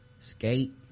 skate